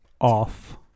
off